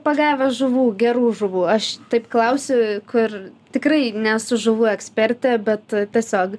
pagavęs žuvų gerų žuvų aš taip klausiu kur tikrai nesu žuvų ekspertė bet tiesiog